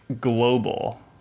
global